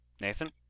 Nathan